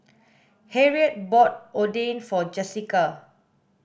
Harriet bought Oden for Jessica